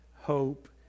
hope